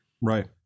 right